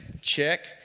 check